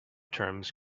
terms